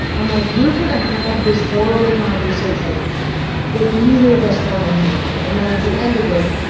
i'm like, we're going to have this horrible conversation that neither of us want to have and then at the end of it,